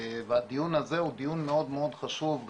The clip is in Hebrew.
והדיון הזה הוא דיון מאוד מאוד חשוב.